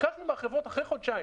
ביקשנו מהחברות אחרי חודשיים,